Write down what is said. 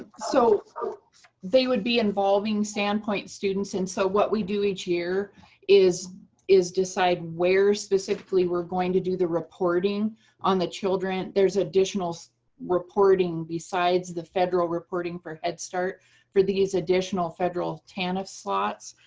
so they would be involving sandpoint students. and so what we do each year is is decide where specifically we're going to do the reporting on the children. there is additional reporting besides the federal reporting for head start for these additional federal tanf slots.